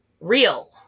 real